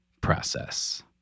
process